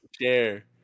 share